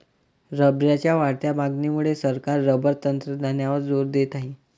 रबरच्या वाढत्या मागणीमुळे सरकार रबर तंत्रज्ञानावर जोर देत आहे